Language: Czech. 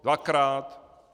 Dvakrát?